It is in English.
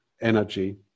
energy